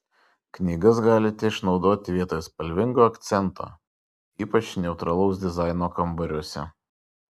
knygas galite išnaudoti vietoj spalvingo akcento ypač neutralaus dizaino kambariuose